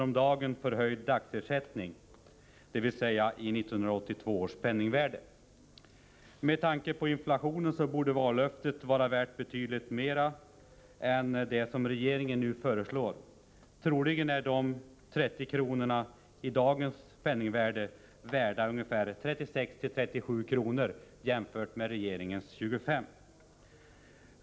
om dagen förhöjd dagsersättning” — dvs. i 1982 års penningvärde. Med tanke på inflationen borde vallöftet vara värt betydligt mera än det belopp som regeringen nu föreslår. Troligen är de 30 kronorna i dagens penningvärde värda 36 å 37 kr., att jämföras med regeringens 25 kr.